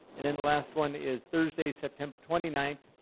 and then the last one is thursday, september twenty ninth,